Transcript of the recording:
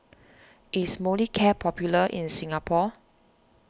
is Molicare popular in Singapore